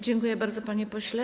Dziękuję bardzo, panie pośle.